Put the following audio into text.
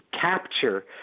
capture